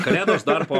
kalėdos dar po